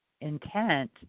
intent